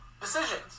decisions